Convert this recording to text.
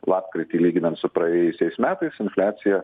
lapkritį lyginant su praėjusiais metais infliacija